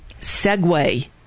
segue